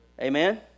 Amen